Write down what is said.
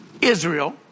Israel